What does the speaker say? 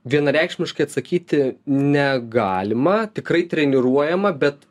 vienareikšmiškai atsakyti negalima tikrai treniruojama bet